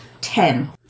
ten